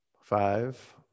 five